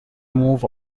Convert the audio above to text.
move